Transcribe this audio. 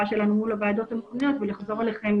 שלנו מול הוועדות המחוזיות ולחזור אליכם,